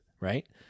right